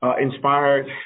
inspired